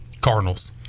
Cardinals